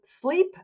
sleep